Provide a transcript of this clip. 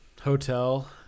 hotel